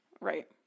Right